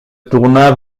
tourna